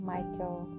Michael